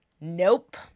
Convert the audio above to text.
Nope